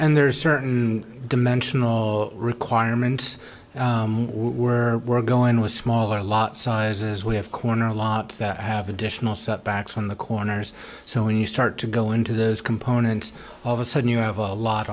and there's certain dimensional requirements were going with smaller lot sizes we have corner lots that have additional setbacks on the corners so when you start to go into those components of a sudden you have a lot